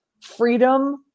freedom